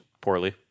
poorly